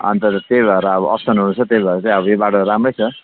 अनि त त्यही भएर तपाईँको अप्सनहरू छ त्यही भएर चाहिँ यो बाटो राम्रै छ